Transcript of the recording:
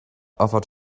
offered